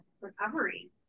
recovery